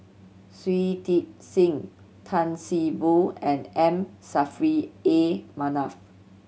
Shui Tit Sing Tan See Boo and M Saffri A Manaf